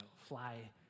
fly